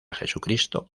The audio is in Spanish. jesucristo